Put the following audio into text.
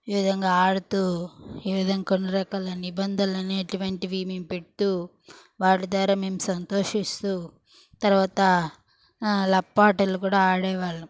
ఈ విధంగా ఆడుతూ ఈ విధంగా కొన్ని రకాల నిబంధనలు అనేటువంటివి మేము పెడుతూ వాటి ద్వారా మేము సంతోషిస్తూ తర్వాత లప్ప ఆటలు కూడా ఆడేవాళ్ళం